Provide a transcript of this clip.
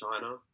china